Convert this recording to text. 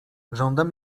żądam